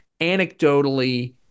anecdotally